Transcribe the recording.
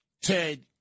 Ted